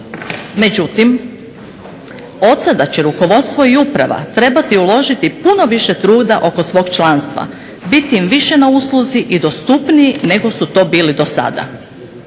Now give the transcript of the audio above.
Međutim, odsada će rukovodstvo i uprava trebati uložiti puno više truda oko svog članstva, biti im više na usluzi i dostupniji nego su to bili dosada.